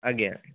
ଆଜ୍ଞା